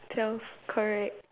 sounds correct